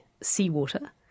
seawater